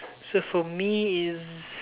so for me is